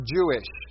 Jewish